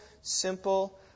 simple